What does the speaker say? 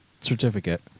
certificate